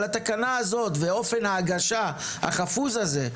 אבל אופן ההגשה החפוז הזה,